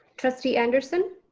trustee anderson.